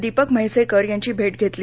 दीपक म्हैसेकर यांची भेट घेतली